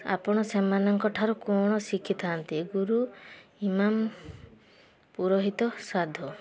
ଆପଣ ସେମାନଙ୍କ ଠାରୁ କ'ଣ ଶିଖିଥାନ୍ତି ଗୁରୁ ଇମାମ୍ ପୁରୋହିତ ସାଧୁ